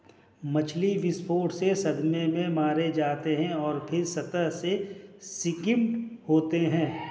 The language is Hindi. मछली विस्फोट से सदमे से मारे जाते हैं और फिर सतह से स्किम्ड होते हैं